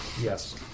Yes